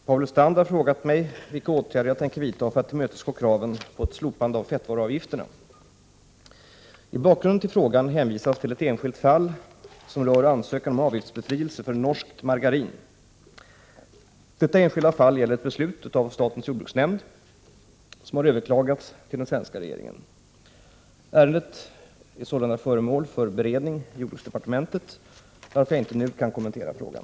Herr talman! Paul Lestander har frågat mig vilka åtgärder jag tänker vidta för att tillmötesgå kraven på ett slopande av fettvaruavgifterna. I bakgrunden till frågan hänvisas till ett enskilt fall rörande ansökan om avgiftsbefrielse för norskt margarin. Detta enskilda fall gäller ett beslut av statens jordbruksnämnd som har överklagats till den svenska regeringen. Ärendet är således föremål för beredning i jordbruksdepartementet, varför jag inte nu kan kommentera frågan.